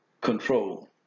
control